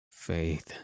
Faith